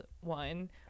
one